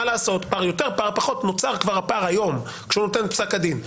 נוצר הפער כבר היום כשהוא נותן את פסק הדין.